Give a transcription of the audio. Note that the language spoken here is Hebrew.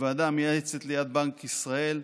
הוועדה המייעצת ליד בנק ישראל,